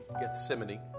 Gethsemane